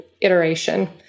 iteration